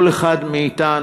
כל אחד מאתנו,